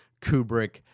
Kubrick